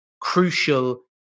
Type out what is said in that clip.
crucial